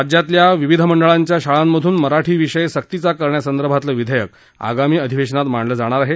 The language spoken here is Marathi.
राज्यातल्या विविध मंडळांच्या शाळांमधून मराठी विषय सक्तीचा करण्यासंदर्भातला विधेयक आगामी अधिवेशनात मांडलं जाणार आहे